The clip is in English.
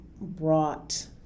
brought